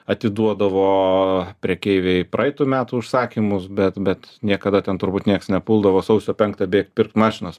atiduodavo prekeiviai praeitų metų užsakymus bet bet niekada ten turbūt nieks nepuldavo sausio penktą bėkt pirkt mašinos